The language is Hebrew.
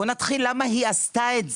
בוא נתחיל למה היא עשתה את זה,